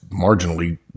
marginally